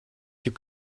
you